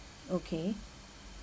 okay